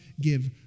give